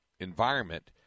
environment